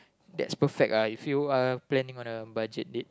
that's perfect ah if you're planning on a budget date